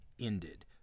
ended